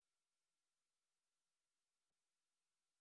לפי חוק הביטוח הלאומי, הסכם